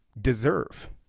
deserve